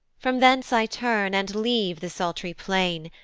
from thence i turn, and leave the sultry plain,